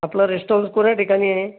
आपलं रेस्टॉरंट कोणत्या ठिकाणी आहे